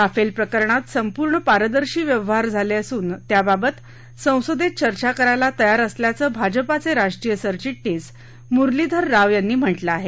Rafale प्रकरणात संपूर्ण पारदर्शी व्यवहार झाले असून त्याबाबत संसदेत चर्चा करायला तयार असल्याचं भाजपाचे राष्ट्रीय सरचि शीस मुरलीधर राव यांनी म्हाक्रिं आहे